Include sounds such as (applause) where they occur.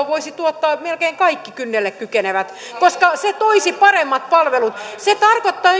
(unintelligible) voisivat tuottaa melkein kaikki kynnelle kykenevät koska se toisi paremmat palvelut se tarkoittaa (unintelligible)